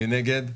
מי נגד?